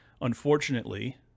unfortunately